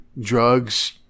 drugs